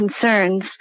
concerns